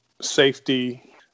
safety